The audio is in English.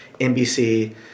NBC